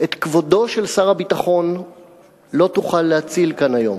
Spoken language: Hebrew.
את כבודו של שר הביטחון לא תוכל להציל כאן היום,